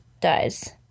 dies